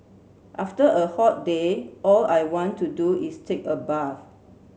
after a hot day all I want to do is take a bath